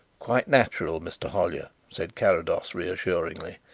quite natural, mr. hollyer, said carrados reassuringly,